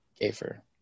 Gaffer